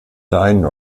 vereinen